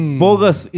bogus